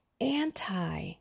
anti